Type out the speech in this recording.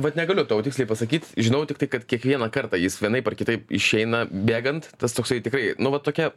vat negaliu tau tiksliai pasakyt žinau tiktai kad kiekvieną kartą jis vienaip ar kitaip išeina bėgant tas toksai tikrai nu va tokia